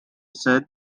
said